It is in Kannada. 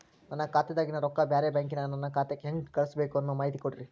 ನನ್ನ ಖಾತಾದಾಗಿನ ರೊಕ್ಕ ಬ್ಯಾರೆ ಬ್ಯಾಂಕಿನ ನನ್ನ ಖಾತೆಕ್ಕ ಹೆಂಗ್ ಕಳಸಬೇಕು ಅನ್ನೋ ಮಾಹಿತಿ ಕೊಡ್ರಿ?